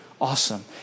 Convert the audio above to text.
Awesome